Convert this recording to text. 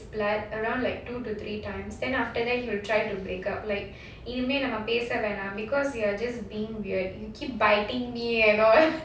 blood around like two to three times then after that he will try to break up like இனிமே நாம பேசவேண்டாம்:inimae namma pesavendaam because you're just being weird keep biting me eh LOL